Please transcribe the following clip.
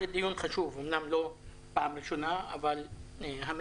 הדיון הוא לא ראשון אבל הוא מאוד חשוב.